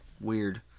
weird